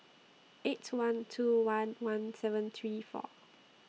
eight one two one one seven three four